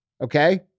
Okay